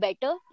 better